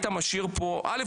א',